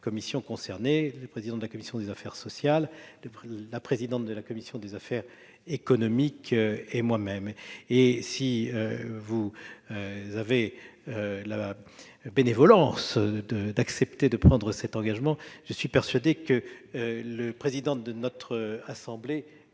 commissions concernées : le président de la commission des affaires sociales, la présidente de la commission des affaires économiques et moi-même. Si vous avez la bénévolence d'accepter de prendre cet engagement, je suis persuadé que le président de notre assemblée